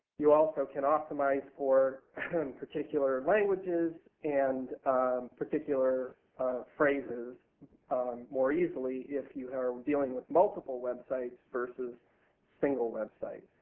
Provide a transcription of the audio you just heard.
you also can optimize for particular languages and particular phrases more easily if you are dealing with multiple websites versus single websites.